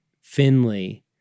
Finley